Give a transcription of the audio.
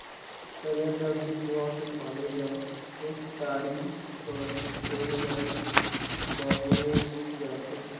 तरिया, डबरी, कुँआ के पानी ल निस्तारी बर, सिंचई बर बउरे जाथे